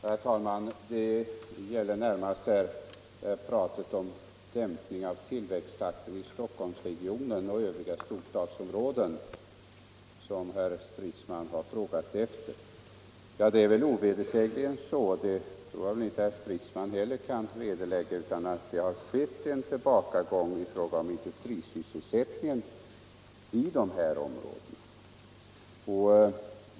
Herr talman! Det gäller närmast pratet om dämpningen av tillväxttakten i Stockholmsregionen och övriga storstadsområden som herr Stridsman frågade om. Det är ovedersägligen så — det kan väl inte heller herr Stridsman bestrida — att det har skett en tillbakagång i fråga om industrisysselsättningen i dessa områden.